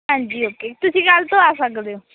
ਹਾਂਜੀ ਓਕੇ ਤੁਸੀਂ ਕੱਲ੍ਹ ਤੋਂ ਆ ਸਕਦੇ ਹੋ